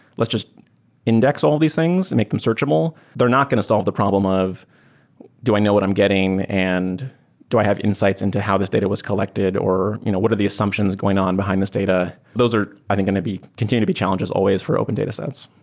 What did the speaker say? let's just index all these things and make them searchable. they're not going to solve the problem of do i know what i'm getting and do i have insights into how this data was collected or you know what are the assumptions going on behind this data? those are i think going to be continue to be challenges always for open datasets.